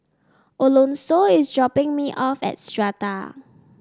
Alonso is dropping me off at Strata